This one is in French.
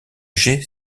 jet